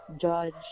judge